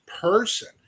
person